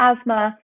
asthma